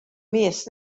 mis